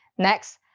next,